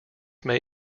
may